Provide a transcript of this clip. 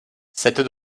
cette